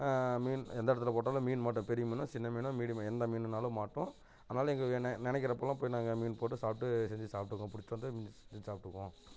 மீன் எந்த இடத்துல போட்டாலும் மீன் மாட்டும் பெரிய மீனோ சின்ன மீனோ மீடியம் எந்த மீனுனாலும் மாட்டும் ஆனாலும் எங்கே என்ன நினைக்குறப்பெல்லாம் போய் நாங்கள் மீன் போட்டு சாப்பிட்டு செஞ்சு சாப்பிட்டுக்குவோம் பிடிச்சிட்டு வந்து சாப்பிட்டுக்குவோம்